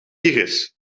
iris